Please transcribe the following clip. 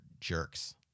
jerks